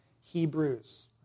Hebrews